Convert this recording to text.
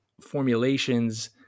formulations